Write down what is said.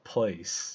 Place